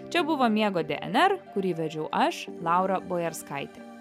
čia buvo miego dnr kurį vedžiau aš laura bojarskaitė